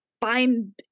find